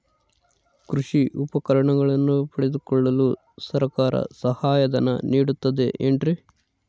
ಕೃಷಿ ಪರಿಕರಗಳನ್ನು ಪಡೆದುಕೊಳ್ಳಲು ಸರ್ಕಾರ ಸಹಾಯಧನ ನೇಡುತ್ತದೆ ಏನ್ರಿ?